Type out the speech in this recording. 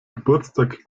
geburtstag